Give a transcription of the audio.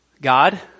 God